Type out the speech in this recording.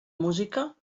música